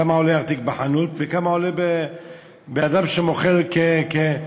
כמה עולה ארטיק בחנות וכמה עולה מבן-אדם שמוכר כרוכל.